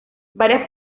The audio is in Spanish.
varias